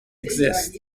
exist